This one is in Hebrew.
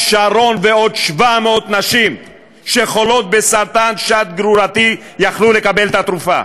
אז שרון ועוד 700 נשים שחולות בסרטן שד גרורתי יכלו לקבל את התרופה.